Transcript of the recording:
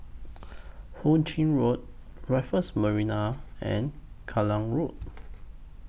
Hu Ching Road Raffles Marina and Klang Road